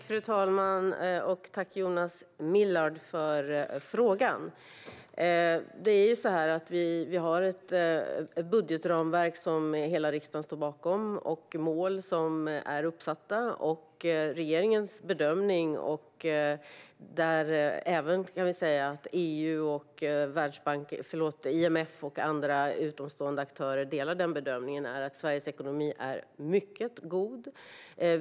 Fru talman! Tack, Jonas Millard, för frågan! Vi har ju ett budgetramverk som hela riksdagen står bakom, och vi har mål som är uppsatta. Regeringens bedömning, som även delas av EU, IMF och andra utomstående aktörer, är att Sveriges ekonomi är mycket god.